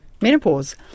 menopause